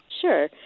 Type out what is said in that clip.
Sure